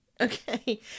Okay